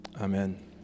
Amen